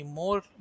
more